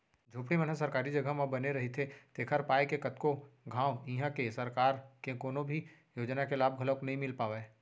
झोपड़ी मन ह सरकारी जघा म बने रहिथे तेखर पाय के कतको घांव इहां के सरकार के कोनो भी योजना के लाभ घलोक नइ मिल पावय